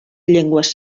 llengües